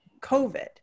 COVID